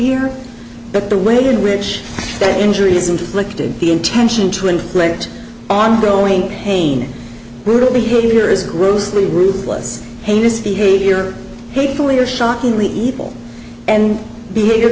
here but the way in which the injuries inflicted the intention to inflict on growing pain brutal behavior is grossly ruthless heinous behavior legally or shockingly evil and behavior